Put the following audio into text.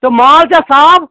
تہٕ مال چھا صاف